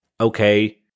okay